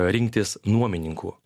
rinktis nuomininkų